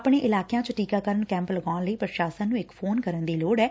ਆਪਣੇ ਇਲਾਕਿਆਂ ਚ ਟੀਕਾਕਰਨ ਕੈਪ ਲਗਾਉਣ ਲਈ ਪ੍ਰਸ਼ਾਸਨ ਨੂੰ ਇਕ ਫੋਨ ਕਰਨ ਦੀ ਲੋੜ ਐ